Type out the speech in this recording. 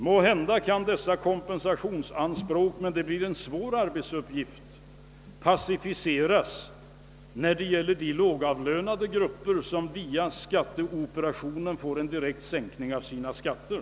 Måhända kan dessa kompensationsanspråk — men det blir en svår arbetsuppgift — »pacificeras» när det gäller de lågavlönade grupper som via skatteoperationen får en direkt sänkning av sina skatter.